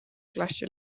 klassi